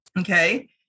Okay